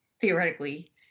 theoretically